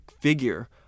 figure